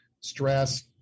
stress